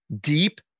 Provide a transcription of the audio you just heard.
deep